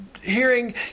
hearing